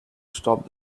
stop